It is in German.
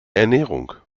ernährung